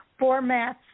formats